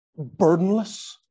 burdenless